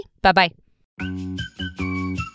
Bye-bye